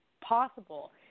possible